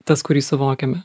tas kurį suvokiame